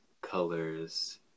colors